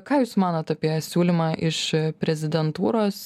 ką jūs manot apie siūlymą iš prezidentūros